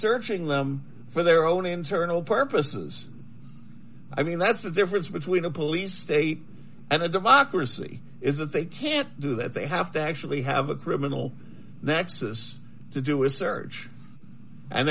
searching them for their own internal purposes i mean that's the difference between a police state and a democracy is that they can't do that they have to actually have a criminal nexus to do a search and